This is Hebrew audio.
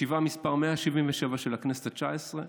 ישיבה מס' 177 של הכנסת התשע-עשרה,